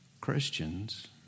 Christians